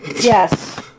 Yes